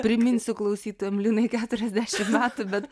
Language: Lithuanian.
priminsiu klausytojam linai keturiasdešim metų bet